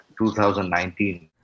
2019